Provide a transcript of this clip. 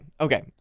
Okay